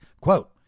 quote